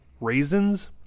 raisins